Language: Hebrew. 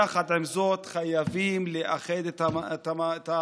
יחד עם זאת, חייבים לאחד את ההפגנות.